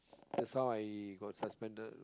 that's how I got suspended